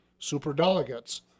superdelegates